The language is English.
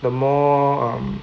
the more um